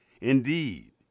Indeed